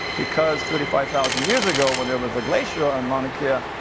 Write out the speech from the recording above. because thirty five thousand years ago, when there was a glacier on mauna kea, ah